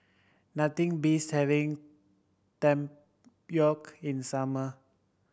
nothing beats having tempoyak in the summer